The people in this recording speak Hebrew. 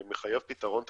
שמחייב פתרון טכנולוגי.